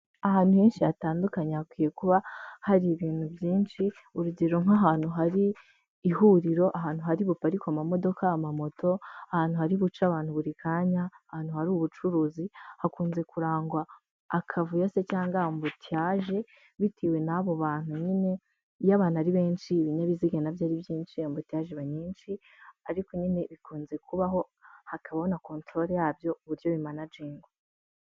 Ahantu henshi hatandukanye hakwiye kuba hari ibintu byinshi. Urugero nk'ahantu hari ihuriro ahantu hari guparikwa amamodoka, amamoto ahantu hari guca abantu buri kanya ahantu hari ubucuruzi hakunze kurangwa akavuyo cyangwa ambutiyaje bitewe n'abo bantu. Nyine iyo abantu ari benshi ibinyabiziga nabyo ari byinshi yambutage nyinshi ariko nyine bikunze kubaho hakabona kontorore yabyo kuburyo bimanajingwa.